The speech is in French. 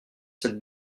cette